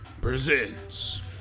presents